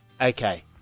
Okay